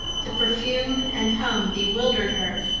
the perfume and hum bewildered her.